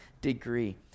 degree